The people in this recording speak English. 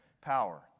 power